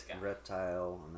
reptile